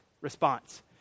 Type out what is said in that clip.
response